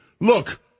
Look